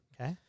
Okay